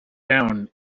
down